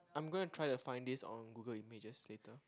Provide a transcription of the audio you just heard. I'm gonna try to find this on Google images later